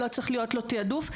לא צריך להיות לו תיעדוף.